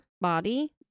body